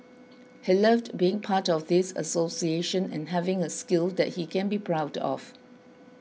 he loved being part of this association and having a skill that he can be proud of